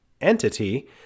entity